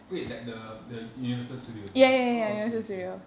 wait like the the universal studios is it oh okay okay